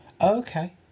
Okay